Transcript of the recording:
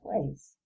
place